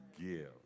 give